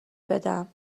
بدم